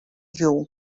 you